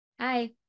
Hi